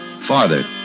farther